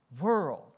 world